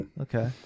okay